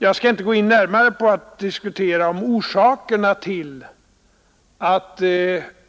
Jag skall inte närmare diskutera orsakerna till att